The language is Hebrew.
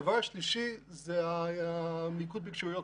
הדבר השני, אמרתי שהרמטכ"ל הגדיר את מדדי הכשירות